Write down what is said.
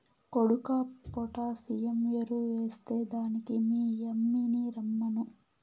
కొడుకా పొటాసియం ఎరువెస్తే దానికి మీ యమ్మిని రమ్మను